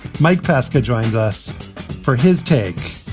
mike pesca joins us for his take.